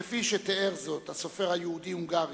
כפי שתיאר זאת הסופר היהודי-הונגרי